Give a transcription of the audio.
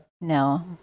No